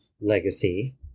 legacy